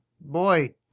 boy